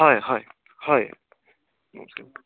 হয় হয় হয়